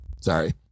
Sorry